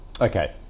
Okay